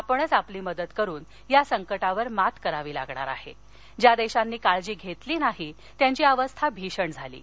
आपणच आपली मदत करून या संकटावर मात करावी लागणार आह ऊया दक्षीनी काळजी घक्षीनी नाही त्यांची अवस्था भीषण झालीय